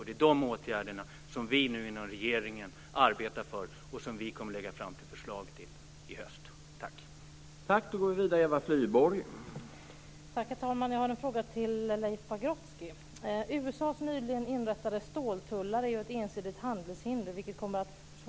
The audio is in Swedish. Det är de åtgärderna som vi inom regeringen arbetar för och som vi kommer att lägga fram förslag till i höst.